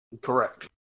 correct